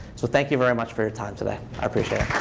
so thank you very much for your time today. i appreciate